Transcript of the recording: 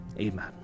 Amen